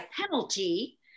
penalty